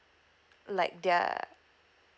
like their